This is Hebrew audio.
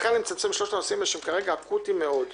לכן אני מצמצם לשלושת הנושאים שכרגע אקוטיים מאוד.